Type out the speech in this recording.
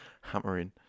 Hammering